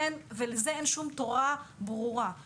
לזה אין שום תורה ברורה.